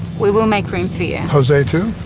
we will make room for you. jose too?